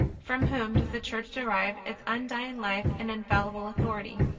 from whom does the church derive its undying life and infallible authority?